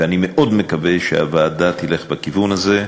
ואני מאוד מקווה שהוועדה תלך בכיוון הזה.